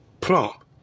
plump